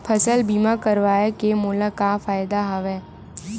फसल बीमा करवाय के मोला का फ़ायदा हवय?